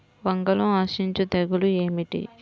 వంగలో ఆశించు తెగులు ఏమిటి?